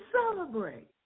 celebrate